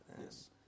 Yes